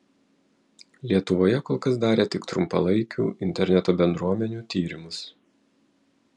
lietuvoje kol kas darė tik trumpalaikių interneto bendruomenių tyrimus